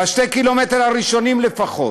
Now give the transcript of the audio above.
בשני הקילומטרים הראשונים לפחות,